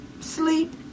sleep